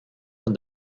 when